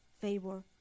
favor